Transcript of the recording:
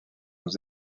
aux